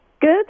Good